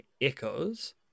echoes